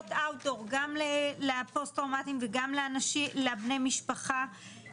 קבוצות אאוטדור גם לפוסט טראומטיים וגם לבני משפחה,